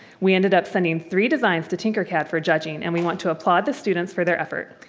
we ended up sending three designs to tinkercad for judging and we want to applaud the students for their effort.